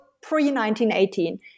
pre-1918